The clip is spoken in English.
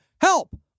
help